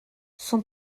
son